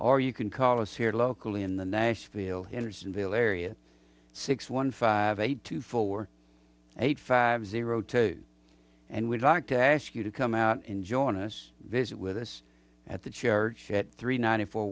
or you can call us here locally in the nashville andersonville area six one five eight two four eight five zero two and we'd like to ask you to come out and join us visit with us at the church at three ninety four